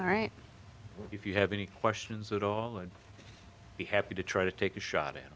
right if you have any questions at all i'd be happy to try to take a shot in